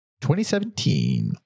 2017